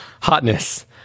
hotness